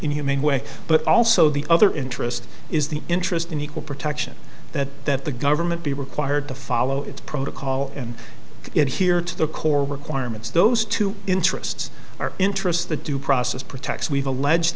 inhumane way but also the other interest is the interest in equal protection that that the government be required to follow its protocol and yet here to the core requirements those two interests our interests the due process protects we've alleged